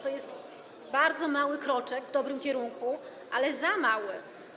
To jest bardzo mały kroczek w dobrym kierunku, ale za mały.